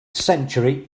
century